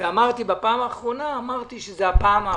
ובפעם האחרונה אמרתי שזו הפעם האחרונה.